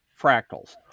fractals